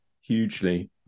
hugely